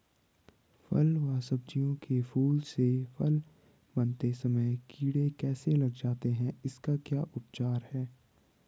फ़ल व सब्जियों के फूल से फल बनते समय कीड़े कैसे लग जाते हैं इसका क्या उपचार है?